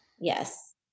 Yes